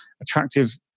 attractive